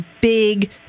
big